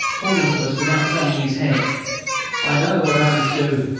calling to us without turning his head i know what i must do.